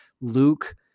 Luke